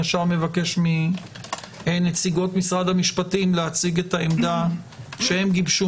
אבקש מנציגות משרד המשפטים להציג את העמדה שהם גיבשו